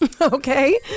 Okay